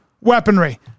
weaponry